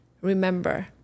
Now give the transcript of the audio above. Remember